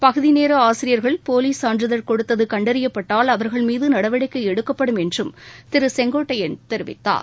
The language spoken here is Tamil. பகுதிநேர ஆசிரியர்கள் போலி சான்றிதழ் கொடுத்தது கண்டறியப்பட்டால் அவர்கள் மீது நடவடிக்கை எடுக்கப்படும் என்றும் திரு செங்கோட்டையன் தெரிவித்தார்